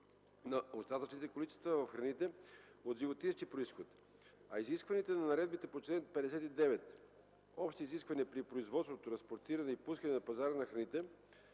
на остатъчните количества в храните от животински произход, а изискванията на наредбите по чл. 59 (oбщи изисквания при производство, транспортиране и пускане на пазара на храните)